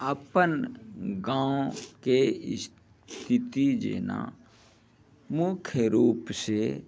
अपन गाँवके स्थिति जेना मुख्य रूपसे